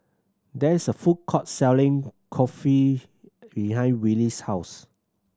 there is a food court selling Kulfi behind Willie's house